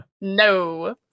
no